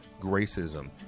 Gracism